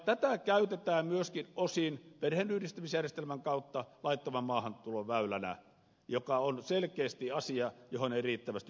tätä käytetään myöskin osin perheenyhdistämisjärjestelmän kautta laittoman maahantulon väylänä mikä on selkeästi asia johon ei riittävästi ole puututtu